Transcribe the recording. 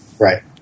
Right